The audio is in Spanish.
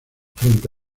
frente